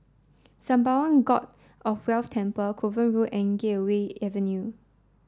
Sembawang God of Wealth Temple Kovan Road and Gateway Avenue